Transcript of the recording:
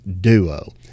duo